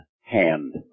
hand